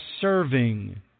serving